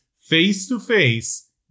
face-to-face